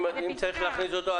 אם צריך להכניס אותו,